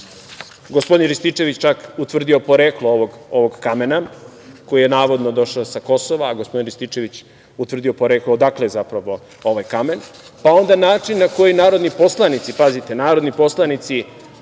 Gospodin Rističević je čak utvrdio poreklo ovog kamena, koji je navodno došao sa Kosova, a gospodin Rističević utvrdio poreklo odakle je zapravo ovaj kamen. Pa onda način na koji narodni poslanici, pazite, narodni poslanici